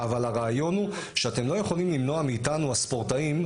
אבל הרעיון הוא שאתם לא יכולים למנוע מאיתנו הספורטאים,